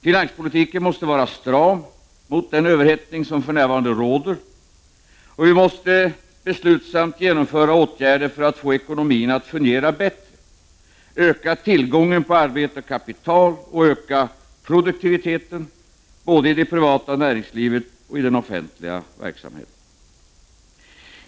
Finanspolitiken måste vara stram med tanke på den överhettning som för närvarande råder, och vi måste beslutsamt genomföra åtgärder för att få ekonomin att fungera bättre. Vi måste öka tillgången på arbete och kapital liksom också produktiviteten både i det privata näringslivet och i den offentliga verksamheten.